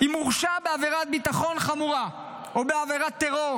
אם הורשע בעבירת ביטחון חמורה או בעבירת טרור,